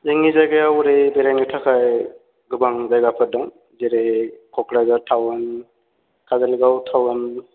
जोंनि जायगायाव ओरै बेरायनो थाखाय गोबां जायगाफोर दं जेरै क'क्राझार टाउन काजलगाव टाउन